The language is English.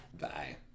Bye